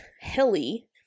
hilly